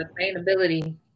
sustainability